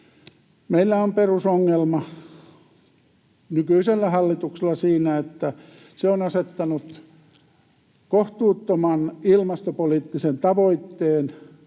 Meillä on perusongelma nykyisellä hallituksella siinä, että se on asettanut kohtuuttoman ilmastopoliittisen tavoitteen,